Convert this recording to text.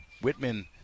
Whitman